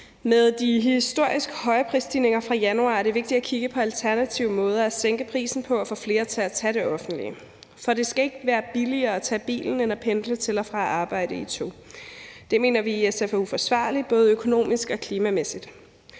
Med de historisk høje prisstigninger fra januar er det vigtigt at kigge på alternative måder at sænke prisen på og få flere til at tage det offentlige på, for det skal ikke være billigere at tage bilen end at pendle til og fra arbejde i tog. Det mener vi i SF er uforsvarligt, både økonomisk og klimamæssigt.